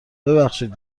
ببخشید